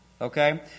okay